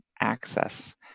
access